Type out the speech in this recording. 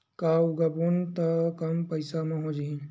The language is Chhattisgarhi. का उगाबोन त कम पईसा म हो जाही?